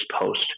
post